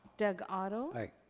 doug otto. aye.